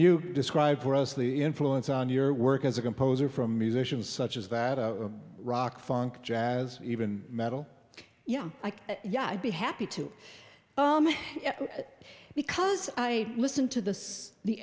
you describe for us lee influence on your work as a composer from musicians such as that rock funk jazz even metal yeah like yeah i'd be happy to because i listen to the the